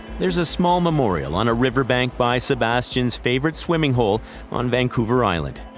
there's a small memorial on a riverbank by sebastian's favourite swimming hole on vancouver island.